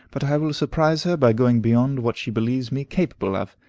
but i will surprise her by going beyond what she believes me capable of.